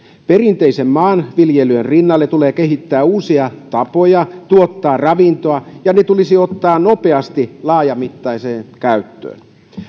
perinteisen maanviljelyn rinnalle tulee kehittää uusia tapoja tuottaa ravintoa ja ne tulisi ottaa nopeasti laajamittaiseen käyttöön